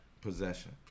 possession